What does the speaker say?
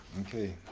Okay